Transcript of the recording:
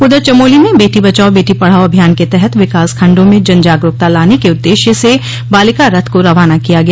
उधर चमोली में बेटी बचाओ बेटी पढाओं अभियान के तहत विकासखण्डों में जन जागरूकता लाने के उद्देश्य से बालिका रथ को रवाना किया गया